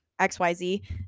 xyz